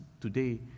today